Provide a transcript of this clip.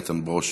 איתן ברושי,